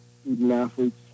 student-athletes